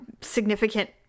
significant